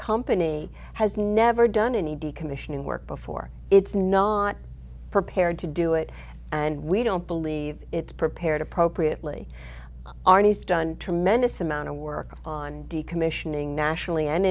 company has never done any decommissioning work before it's not prepared to do it and we don't believe it's prepared appropriately arnie's done tremendous amount of work on decommissioning nationally and